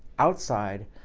outside,